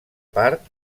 part